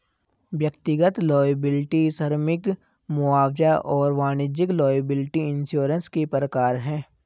व्यक्तिगत लॉयबिलटी श्रमिक मुआवजा और वाणिज्यिक लॉयबिलटी इंश्योरेंस के प्रकार हैं